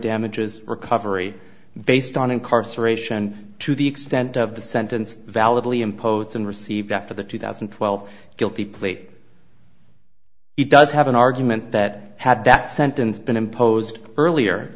damages recovery based on incarceration to the extent of the sentence validly imposed and received after the two thousand and twelve guilty plate he does have an argument that had that sentence been imposed earlier